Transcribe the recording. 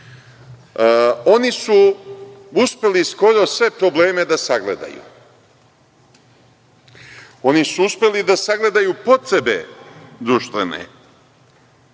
Oni su uspeli skoro sve probleme da sagledaju. Oni su uspeli da sagledaju potrebe društvene.